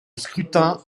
scrutin